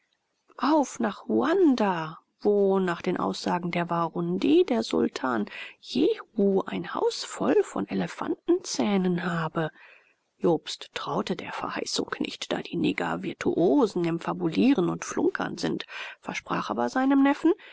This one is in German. auf nach ruanda wo nach den aussagen der warundi der sultan jehu ein haus voll von elefantenzähnen habe jobst traute der verheißung nicht da die neger virtuosen im fabulieren und flunkern sind versprach aber seinem neffen